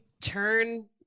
turn